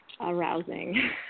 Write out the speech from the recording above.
arousing